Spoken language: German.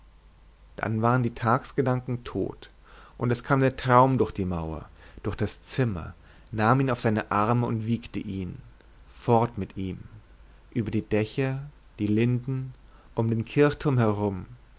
dann waren die tagsgedanken tot und es kam der traum durch die mauer durch das zimmer nahm ihn auf seine arme und wiegte ihn fort mit ihm über die dächer die linden um den kirchturm herum